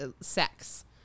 sex